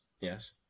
yes